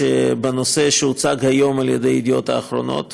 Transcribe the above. בנושא שהוצג היום על ידי "ידיעות אחרונות",